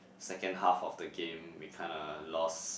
second half of the game we kinda lost